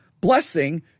blessing